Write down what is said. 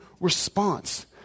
response